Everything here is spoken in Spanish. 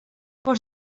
por